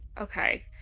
Okay